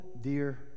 dear